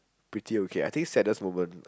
pretty okay I think saddest moment